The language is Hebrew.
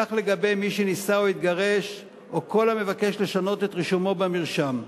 כך לגבי מי שנישא או התגרש או כל המבקש לשנות את רישומו במרשם.